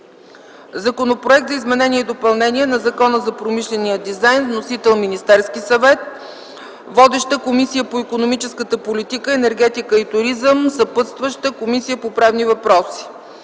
Законопроект за изменение и допълнение на Закона за промишления дизайн. Вносител е Министерският съвет. Водеща е комисията по икономическата политика, енергетика и туризъм. Съпътстваща е Комисията по правни въпроси.